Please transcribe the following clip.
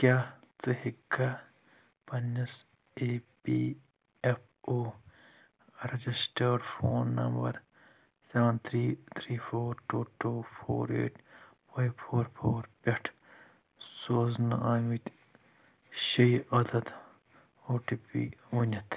کیٛاہ ژٕ ہیٚکھا پننِس A P F O registered phone number seven three three four two two four eight five four four پٮ۪ٹھ سوزنہٕ آمٕتۍ شےٚ عدد او ٹی پی ؤنِتھ